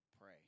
pray